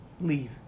leave